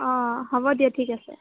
অঁ হ'ব দিয়া ঠিক আছে